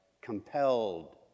compelled